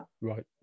Right